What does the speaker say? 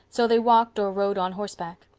so they walked or rode on horseback.